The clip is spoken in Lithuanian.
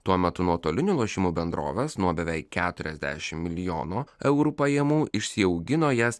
tuo metu nuotolinių lošimų bendrovės nuo beveik keturiasdešimt milijonų eurų pajamų išsiaugino jas